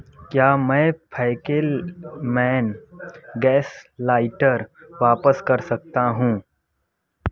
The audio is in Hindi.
क्या मैं फैकेलमैन गैस लाइटर वापस कर सकता हूँ